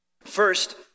First